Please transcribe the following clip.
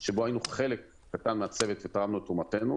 שהרגו 3,000 אזרחים ישראלים בגלל החדלות והרשלנות הפושעת של השרה.